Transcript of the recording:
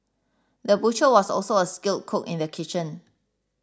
the butcher was also a skilled cook in the kitchen